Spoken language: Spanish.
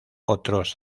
otros